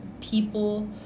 people